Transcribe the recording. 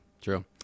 true